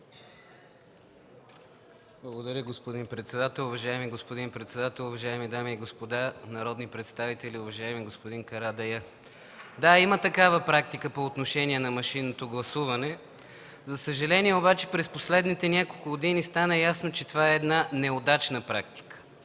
Благодаря, господин председател. Уважаеми господин председател, уважаеми дами и господа народни представители, уважаеми господин Карадайъ. Да, има такава практика по отношение на машинното гласуване. За съжаление обаче през последните няколко години стана ясно, че това е една неудачна практика.